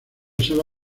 sala